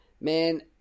man